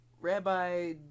Rabbi